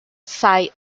psi